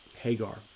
Hagar